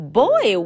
boy